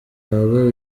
wawe